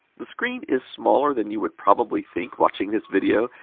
the screen is smaller than you would probably think, watching this video.